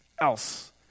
else